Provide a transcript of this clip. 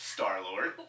Star-Lord